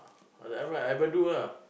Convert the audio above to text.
oh that ever I haven't do ah